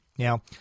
Now